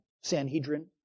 Sanhedrin